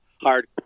hard